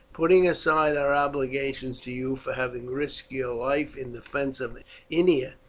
putting aside our obligations to you for having risked your life in defence of ennia,